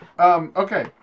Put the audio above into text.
Okay